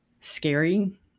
scary